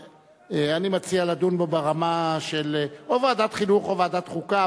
אני מציע לדון בו ברמה של או ועדת חינוך או ועדת החוקה,